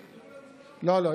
לא, לא.